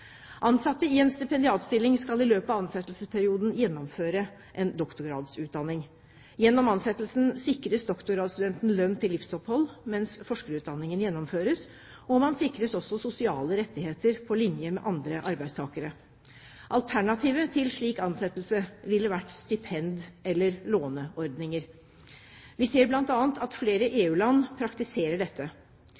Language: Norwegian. Ansatte i en stipendiatstilling skal i løpet av ansettelsesperioden gjennomføre en doktorgradsutdanning. Gjennom ansettelsen sikres doktorgradsstudenten lønn til livsopphold mens forskerutdanningen gjennomføres, og man sikres også sosiale rettigheter på linje med andre arbeidstakere. Alternativet til slik ansettelse ville vært stipend- eller låneordninger. Vi ser at bl.a. flere